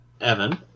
Evan